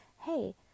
Hey